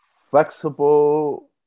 flexible